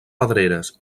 pedreres